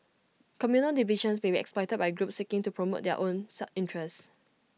communal divisions may be exploited by groups seeking to promote their own sad interests